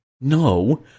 No